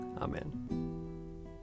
Amen